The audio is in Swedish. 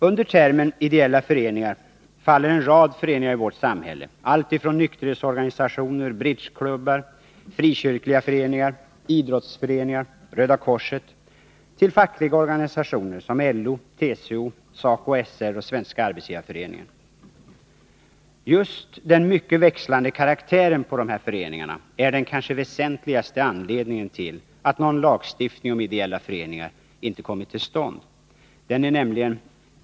Under termen ideella föreningar faller en rad föreningar i vårt samhälle alltifrån nykterhetsorganisationer, bridgeklubbar, frikyrkliga föreningar, idrottsföreningar och Röda korset till fackliga organisationer som LO, TCO, SACO/SR och Svenska arbetsgivareföreningen. Just den mycket växlande karaktären på dessa föreningar är den kanske väsentligaste anledningen till att någon lagstiftning om ideella föreningar inte kommit till stånd.